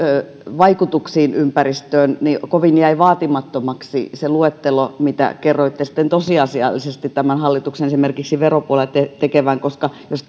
vaikutuksiin ympäristöön niin kovin jäi vaatimattomaksi se luettelo mitä kerroitte tosiasiallisesti tämän hallituksen esimerkiksi veropuolella tekevän koska jos